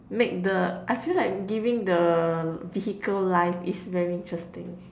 make the I feel like giving the vehicle life is very interesting